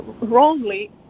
wrongly